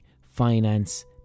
finance